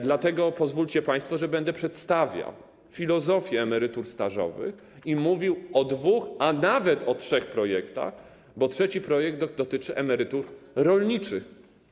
Dlatego pozwólcie państwo, że będę przedstawiał filozofię emerytur stażowych i mówił o dwóch, a nawet o trzech projektach, bo trzeci projekt dotyczy emerytur rolniczych.